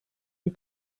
you